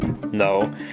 No